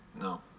No